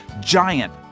giant